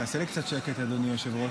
תעשה לי קצת שקט, אדוני היושב-ראש.